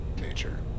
nature